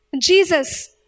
Jesus